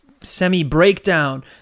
semi-breakdown